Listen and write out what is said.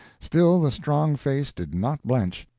still the strong face did not blench,